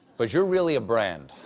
but you really a brand.